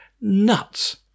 nuts